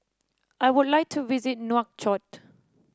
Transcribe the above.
I would like to visit Nouakchott